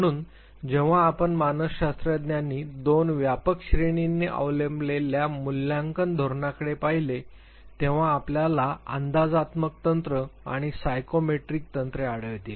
म्हणून जेव्हा आपण मानसशास्त्रज्ञांनी दोन व्यापक श्रेणींनी अवलंबिलेल्या मूल्यांकन धोरणांकडे पाहिले तेव्हा आपल्याला अंदाजात्मक तंत्र आणि सायकोमेट्रिक तंत्रे आढळतील